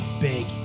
big